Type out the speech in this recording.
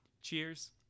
Cheers